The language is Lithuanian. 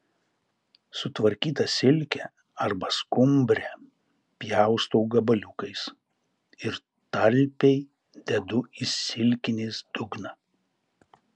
sutvarkytą silkę arba skumbrę pjaustau gabaliukais ir talpiai dedu į silkinės dugną